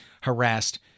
harassed